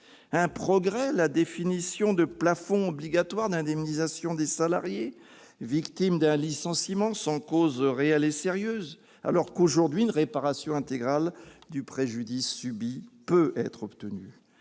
Un progrès, la définition de plafonds obligatoires d'indemnisation des salariés victimes d'un licenciement sans cause réelle et sérieuse, alors qu'aujourd'hui une réparation intégrale du préjudice subi peut être obtenue